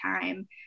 time